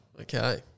Okay